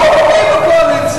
פעם אני בקואליציה.